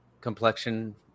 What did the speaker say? complexion